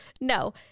No